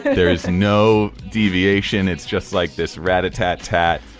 there is no deviation. it's just like this rat a tat tat.